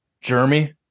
Jeremy